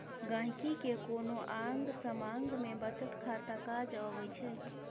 गांहिकी केँ कोनो आँग समाँग मे बचत खाता काज अबै छै